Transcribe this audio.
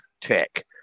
tech